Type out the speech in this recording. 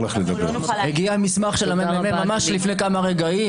הגיע המסמך של הממ"מ ממש לפני כמה רגעים,